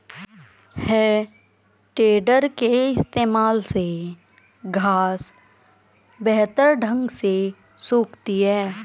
है टेडर के इस्तेमाल से घांस बेहतर ढंग से सूखती है